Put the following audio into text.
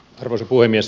arvoisa puhemies